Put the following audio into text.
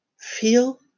feel